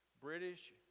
British